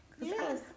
Yes